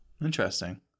Interesting